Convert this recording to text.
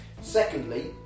Secondly